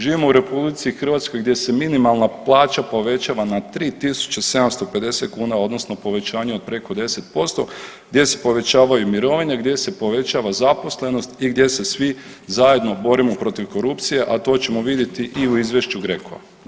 Živimo u RH gdje se minimalna plaća povećava na 3.750 kuna odnosno povećanje od preko 10%, gdje se povećavaju mirovine, gdje se povećava zaposlenost i gdje se svi zajedno borimo protiv korupcije, a to ćemo vidjeti i u izvješću GRECO-a.